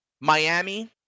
Miami